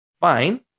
fine